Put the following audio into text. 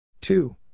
Two